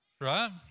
right